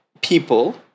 people